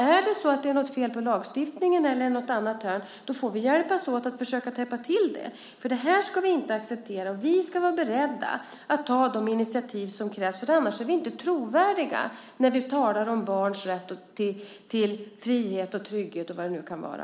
Är det något fel på lagstiftningen eller i något annat hörn får vi hjälpas åt att försöka rätta till det. Detta ska vi nämligen inte acceptera. Vi ska vara beredda att ta de initiativ som krävs, för annars är vi inte trovärdiga när vi talar om barns rätt till frihet, trygghet och vad det nu kan vara.